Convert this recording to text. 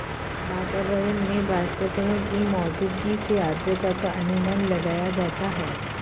वातावरण में वाष्पकणों की मौजूदगी से आद्रता का अनुमान लगाया जाता है